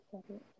second